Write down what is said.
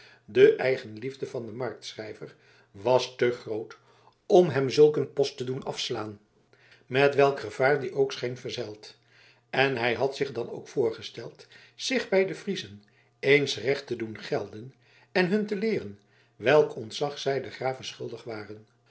de eigenliefde van den marktschrijver was te groot om hem zulk een post te doen afslaan met welk gevaar die ook scheen verzeld en hij had zich dan ook voorgesteld zich bij de friezen eens recht te doen gelden en hun te leeren welk ontzag zij den grave schuldig waren